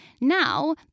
now